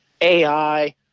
AI –